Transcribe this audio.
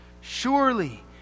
Surely